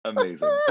Amazing